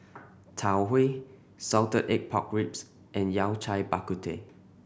Tau Huay salted egg pork ribs and Yao Cai Bak Kut Teh